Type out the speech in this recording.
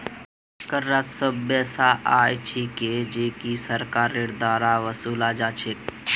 कर राजस्व वैसा आय छिके जेको सरकारेर द्वारा वसूला जा छेक